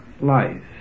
life